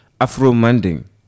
Afro-manding